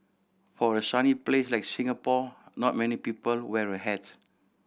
for a sunny place like Singapore not many people wear a hat